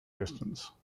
distance